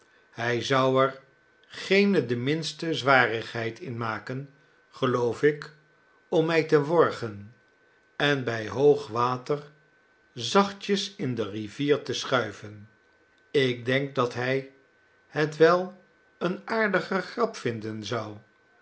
hij zou er geene de minste zwarigheid in maken geloof ik om mij te worgen en bij hoog water zachtjes in de rivier te schuiven ik denk dat hij het wel eene aardige grap vinden zou